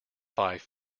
five